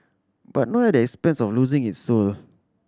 but not at the expense of losing its soul